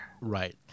Right